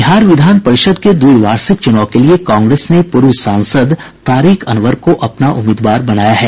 बिहार विधान परिषद के द्विवार्षिक चुनाव के लिये कांग्रेस ने पूर्व सांसद तारिक अनवर को अपना उम्मीदवार बनाया है